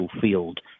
field